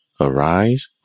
arise